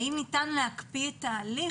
האם ניתן להקפיא את ההליך?